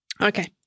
Okay